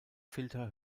filter